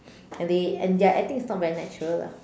and they and their acting is not very natural lah